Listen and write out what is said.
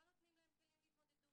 לא נותנים להם כלים להתמודדות.